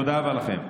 תודה רבה לכם.